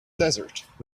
desert